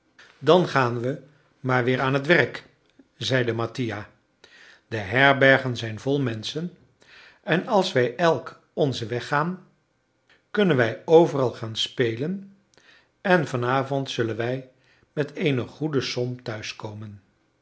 dan gaan we maar weer aan t werk zeide mattia de herbergen zijn vol menschen en als wij elk onzen weg gaan kunnen wij overal gaan spelen en van avond zullen wij met eene goede som